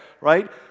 right